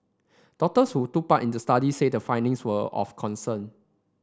doctors who took part in the study said the findings were of concern